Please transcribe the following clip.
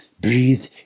breathe